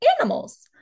animals